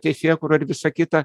teisėkūrą ir visą kitą